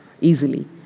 easily